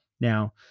Now